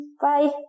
Bye